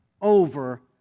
over